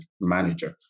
manager